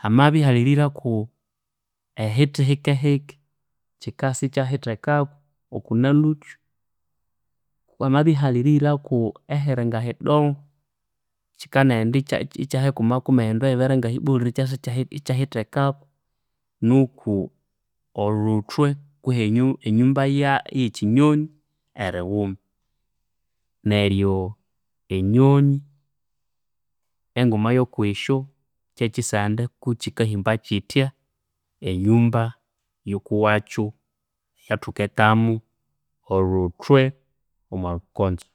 Hamabya ihali erihiraku ehithi hikehike, kyikasa ikyahithekaku okunalhukyu. Hamabya ihali erihiraku ehiri ngahidongo, kyikanaghenda ikya ikyahikuma kuma, ehindu ehibere ngahibolire ikyasa ikyahithekaku nuku olhuthwe kwihi enyumba eyekyinyonyi erighuma. Neryo enyonyi enguma eyokwisyo, kyekyisande kukyikahimba kyithya enyumba yikuwakyu eyathuketamu olhuthwe omwalhukonzo.